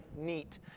neat